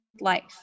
life